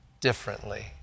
differently